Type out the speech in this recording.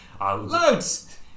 loads